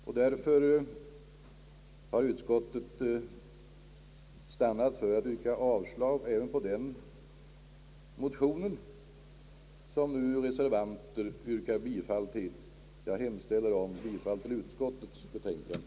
Utskottet har emellertid stannat för att yrka avslag även på den motion som nu reservanterna yrkar bifall till. Jag hemställer om bifall till utskottets betänkande.